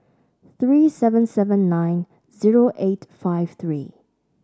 three seven seven nine zero eight five three